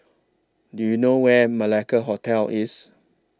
Do YOU know Where Malacca Hotel IS